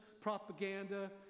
propaganda